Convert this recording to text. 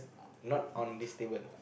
not on this table